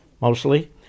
mostly